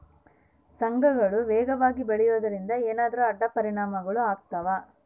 ಸಸಿಗಳು ವೇಗವಾಗಿ ಬೆಳೆಯುವದರಿಂದ ಏನಾದರೂ ಅಡ್ಡ ಪರಿಣಾಮಗಳು ಆಗ್ತವಾ?